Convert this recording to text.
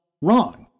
wrong